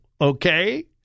okay